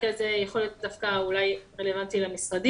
זה אולי יכול להיות דווקא רלוונטי למשרדים,